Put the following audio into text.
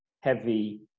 heavy